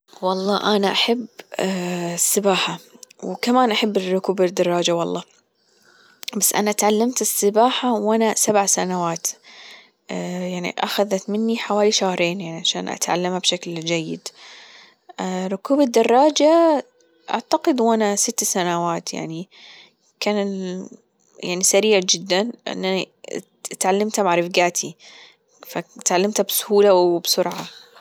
والله أنا أحب السباحة وكمان أحب ركوب الدراجة والله بس أنا اتعلمت السباحة وأنا سبع سنوات يعني أخذت مني حوالي شهرين يعني عشان أتعلمها بشكل جيد ركوب الدراجة أعتقد وأنا ست سنوات يعني كان يعني سريع جدا لأنني اتعلمتها مع رفجاتي فاتعلمتها بسهولة وبسرعة.